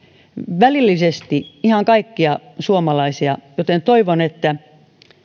välillisesti ihan kaikkia suomalaisia joten toivon että